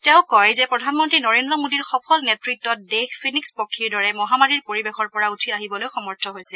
তেওঁ কয় যে প্ৰধানমন্ত্ৰী নৰেল্ৰ মোদীৰ সফল নেতৃত্বত দেশ ফিনিক্স পক্ষীৰ দৰে মহামাৰীৰ পৰিবেশৰ পৰা উঠি আহিবলৈ সমৰ্থ হৈছে